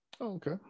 Okay